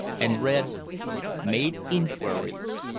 and read made inquiries.